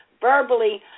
verbally